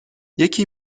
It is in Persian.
یکی